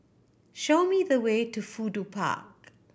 show me the way to Fudu Park